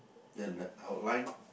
then the outline